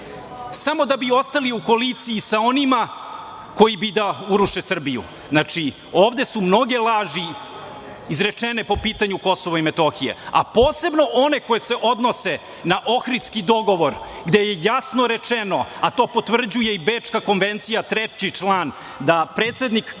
samo da bi ostali u koaliciji sa onima koji bi da uruše Srbiju. Znači, ovde su mnoge laži izrečene po pitanju Kosova i Metohije, a posebno one koje se odnose na Ohridski dogovor, gde je jasno rečeno, a potvrđuje i Bečka konvencija, 3. član, da predsednik kada